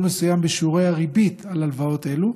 מסוים בשיעורי הריבית על הלוואות אלו,